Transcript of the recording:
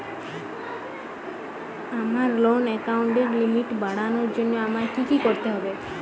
আমার লোন অ্যাকাউন্টের লিমিট বাড়ানোর জন্য আমায় কী কী করতে হবে?